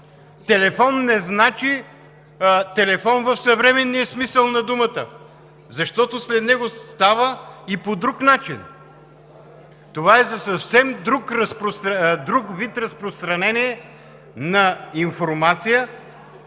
„телефон“ не значи телефон в съвременния смисъл на думата, защото след него става и по друг начин. Това е за съвсем друг вид разпространение на информация,